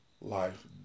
life